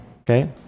Okay